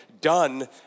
done